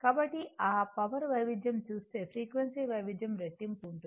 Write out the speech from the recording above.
కాబట్టి ఆ పవర్ వైవిధ్యం చూస్తే ఫ్రీక్వెన్సీ వైవిధ్యం రెట్టింపు ఉంటుంది